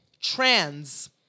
trans